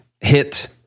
hit